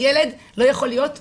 הילד לא יכול להיות המשחק,